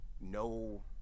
no